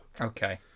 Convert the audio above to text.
okay